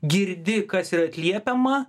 girdi kas yra atliepiama